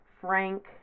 frank